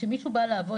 כשמישהו בא לעבוד,